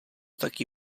taky